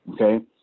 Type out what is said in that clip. okay